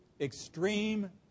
extreme